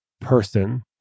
person